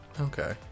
Okay